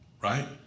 Right